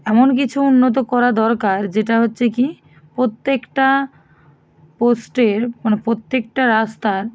এমন কিছু উন্নত করা দরকার যেটা হচ্ছে কী প্রত্যেকটা পোস্টের মানে প্রত্যেকটা রাস্তার